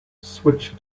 switch